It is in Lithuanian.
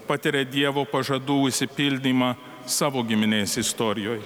patiria dievo pažadų išsipildymą savo giminės istorijoj